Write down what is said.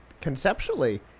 Conceptually